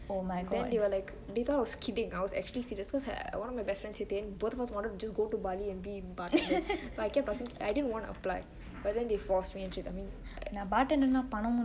then they were like later I was kidding I was actually serious cause one of my bestfriends said both of us wanted just go to bali and be a bartender so I didn't want to apply but then they force me and shit I mean